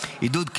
עידוד,